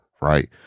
right